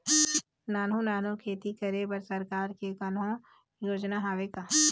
नानू नानू खेती करे बर सरकार के कोन्हो योजना हावे का?